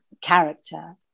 character